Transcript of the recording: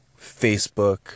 Facebook